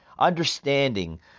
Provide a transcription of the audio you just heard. understanding